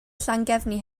llangefni